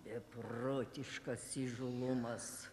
beprotiškas įžūlumas